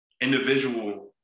individual